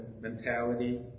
mentality